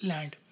Land